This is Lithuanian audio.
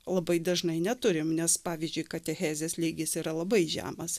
labai dažnai neturim nes pavyzdžiui katechezės lygis yra labai žemas